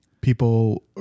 people